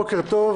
בוקר טוב,